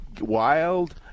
wild